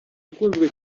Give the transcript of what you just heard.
yakunzwe